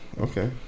Okay